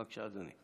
בבקשה, אדוני.